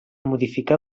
modificar